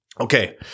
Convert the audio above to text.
Okay